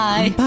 Bye